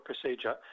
procedure